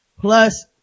plus